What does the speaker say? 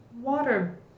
water